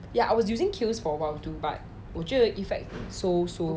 ya I was using Khiel's for awhile too but 我觉得 effect so so